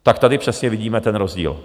Tak tady přesně vidíme ten rozdíl.